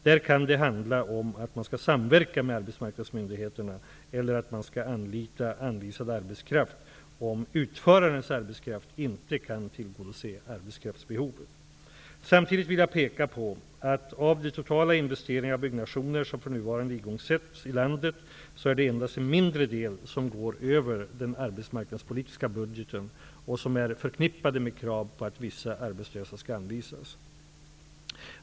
Där kan det handla om att man skall samverka med arbetsmarknadsmyndigheterna eller att man skall anlita anvisad arbetskraft om utförarens arbetskraft inte kan tillgodose arbetskraftsbehovet. Samtidigt vill jag peka på att av de totala investeringar och byggnationer som för närvarande igångsätts i landet så är det endast en mindre del som gör över den arbetsmarknadspolitiska budgeten och som är förknippade med krav på att vissa arbetslösa skall anvisas.